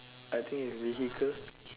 I think is vehicle